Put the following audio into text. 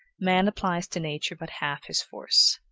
man applies to nature but half his force.